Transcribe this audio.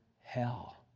hell